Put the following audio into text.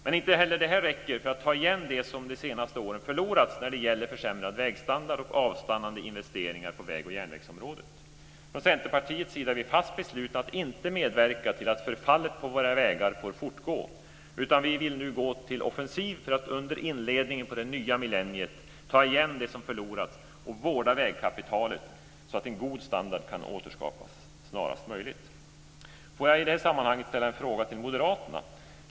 Men inte heller det här räcker för att ta igen det som de senaste åren har förlorats när det gäller försämrad vägstandard och avstannande investeringar på väg och järnvägsområdet. Från Centerpartiets sida är vi fast beslutna om att inte medverka till att förfallet på våra vägar får fortgå, utan vi vill nu gå till offensiv för att under inledningen av det nya millenniet ta igen det som har förlorats och vårda vägkapitalet, så att en god standard kan återskapas snarast möjligt. Får jag i det här sammanhanget ställa en fråga till moderaterna?